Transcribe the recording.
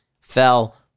fell